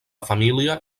família